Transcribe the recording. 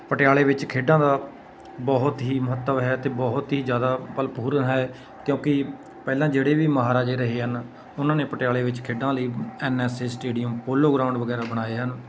ਪਟਿਆਲੇ ਵਿੱਚ ਖੇਡਾਂ ਦਾ ਬਹੁਤ ਹੀ ਮਹੱਤਵ ਹੈ ਅਤੇ ਬਹੁਤ ਹੀ ਜ਼ਿਆਦਾ ਭਰਪੂਰ ਹੈ ਕਿਉਂਕਿ ਪਹਿਲਾਂ ਜਿਹੜੇ ਵੀ ਮਹਾਰਾਜੇ ਰਹੇ ਹਨ ਉਹਨਾਂ ਨੇ ਪਟਿਆਲੇ ਵਿੱਚ ਖੇਡਾਂ ਲਈ N S A stadium polo ground ਵਗੈਰਾ ਬਣਾਏ ਹਨ